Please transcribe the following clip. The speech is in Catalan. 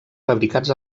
fabricats